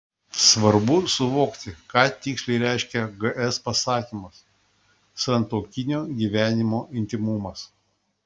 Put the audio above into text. svarbu suvokti ką tiksliai reiškia gs pasakymas santuokinio gyvenimo intymumas